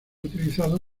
utilizado